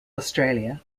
australia